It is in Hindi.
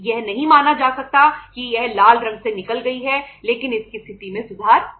यह नहीं माना जा सकता है कि यह लाल रंग से निकल गई है लेकिन इसकी स्थिति में सुधार हुआ है